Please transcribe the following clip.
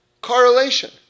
correlation